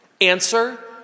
Answer